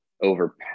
over